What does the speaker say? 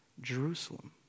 Jerusalem